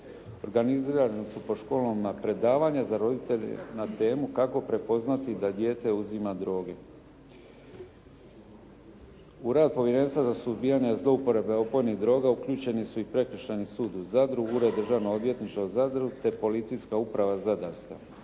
Organizirana su po školama predavanja za roditelje na temu kako prepoznati da dijete uzima droge. U rad Povjerenstva za suzbijanja zlouporabe opojnih droga uključeni su i Prekršajni sud u Zadru, Ured Državnog odvjetništva u Zadru, te Policijska uprava zadarska.